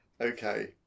okay